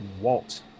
Walt